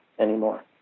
anymore